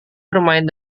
bermain